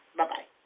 Bye-bye